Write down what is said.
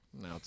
No